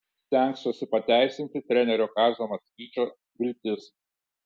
stengsiuosi pateisinti trenerio kazio maksvyčio viltis